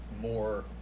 More